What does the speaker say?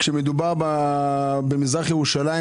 כשמדובר במזרח ירושלים,